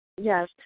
Yes